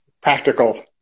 practical